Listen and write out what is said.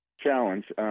challenge